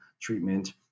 treatment